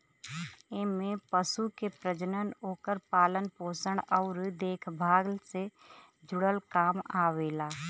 एमे पशु के प्रजनन, ओकर पालन पोषण अउरी देखभाल से जुड़ल काम आवेला